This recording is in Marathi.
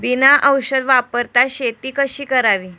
बिना औषध वापरता शेती कशी करावी?